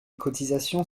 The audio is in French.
cotisations